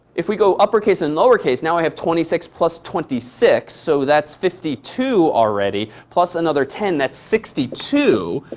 if we go uppercase and lowercase, now i have twenty six plus twenty six. so that's fifty two already plus another ten. that's sixty two.